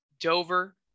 dover